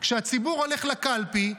כשהציבור הולך לקלפי,